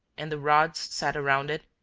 and the rods set around it,